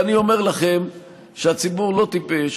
ואני אומר לכם שהציבור לא טיפש,